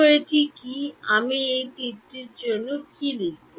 তো এটি কী আমি এই তীরটির জন্য কী লিখব